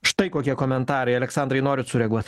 štai kokie komentarai aleksandrai norit sureaguot